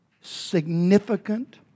significant